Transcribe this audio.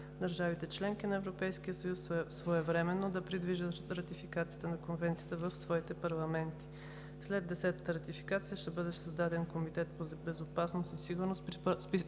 държавите – членки на Европейския съюз, своевременно да придвижат ратификацията на Конвенцията в своите парламенти. След 10-ата ратификация ще бъде създаден Комитет по безопасност и сигурност при